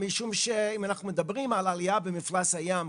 משום שאם אנחנו מדברים על עלייה במפלס הים,